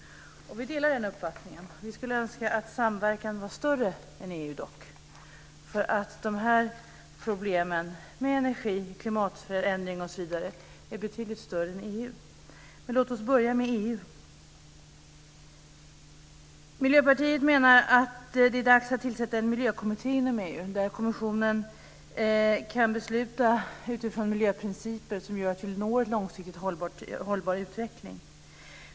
Vi delar den uppfattningen. Vi skulle dock önska att samverkan gällde fler länder än EU-länderna. Problemen med energi, klimatförändringar osv. gäller betydligt fler länder än EU-länderna. Men låt oss börja med EU. Miljöpartiet menar att det är dags att tillsätta en miljökommitté inom EU, så att kommissionen kan besluta utifrån miljöprinciper som gör att vi når en långsiktigt hållbar utveckling.